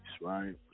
right